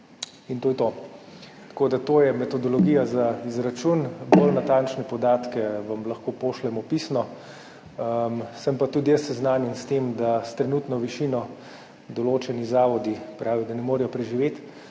in to je to. To je metodologija za izračun. Bolj natančne podatke vam lahko pošljemo pisno. Sem pa tudi jaz seznanjen s tem, da s trenutno višino določeni zavodi pravijo, da ne morejo preživeti,